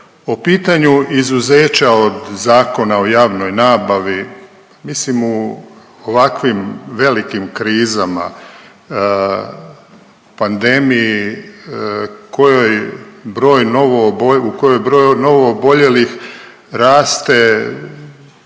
Po pitanju izuzeća od Zakona o javnoj nabavi, mislim u ovakvim velikim krizama, pandemiji kojoj broj .../nerazumljivo/...